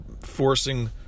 forcing